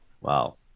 wow